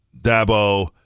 Dabo